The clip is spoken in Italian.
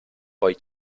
poi